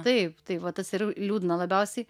taip tai va tas ir liūdna labiausiai